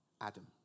Adam